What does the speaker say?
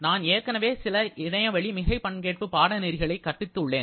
நான் ஏற்கனவே சில இணையவழி மிகை பங்கேற்பு பாடநெறிகளை கற்பித்து உள்ளேன்